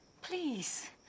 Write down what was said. Please